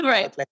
Right